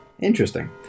Interesting